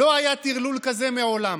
לא היה טרלול כזה מעולם.